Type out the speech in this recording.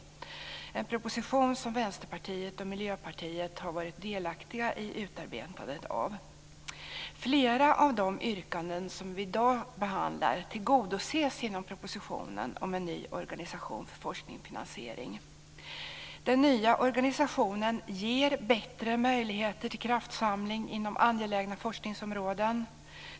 Det är en proposition som Vänsterpartiet och Miljöpartiet har varit delaktiga i utarbetandet av. Flera av de yrkanden som vi i dag behandlar tillgodoses i propositionen om en ny organisation för forskning och finansiering. Den nya organisationen ger bättre möjligheter till kraftsamling inom angelägna forskningsområden.